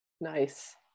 Nice